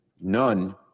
none